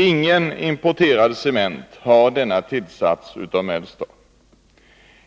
Ingen importerad cement har en tillsats av Melstar.